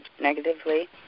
negatively